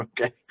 okay